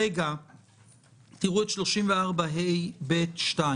תראו את 34ה(ב)(2)